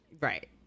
Right